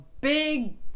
big